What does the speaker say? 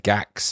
Gax